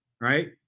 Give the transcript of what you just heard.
right